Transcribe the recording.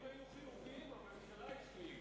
הדברים היו חיוביים, הממשלה היא שלילית.